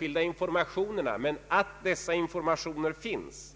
vilka informationer som finns?